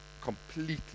completely